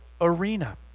arena